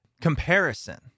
comparison